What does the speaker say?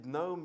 no